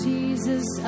Jesus